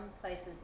places